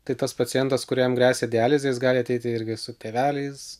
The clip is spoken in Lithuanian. tai tas pacientas kuriam gresia dializė jis gali ateiti irgi su tėveliais